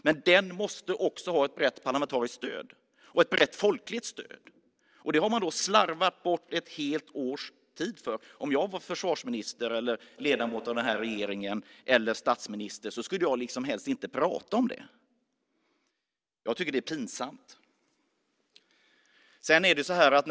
Men lagen måste också ha ett brett parlamentariskt och folkligt stöd. När det gäller detta har man slarvat bort ett helt års tid. Om jag vore försvarsminister, statsminister eller ledamot av den här regeringen skulle jag helst inte prata om det här. Jag tycker att det är pinsamt.